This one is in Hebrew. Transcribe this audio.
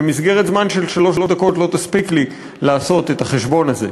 ומסגרת זמן של שלוש דקות לא תספיק לי לעשות את החשבון הזה.